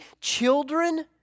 children